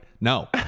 No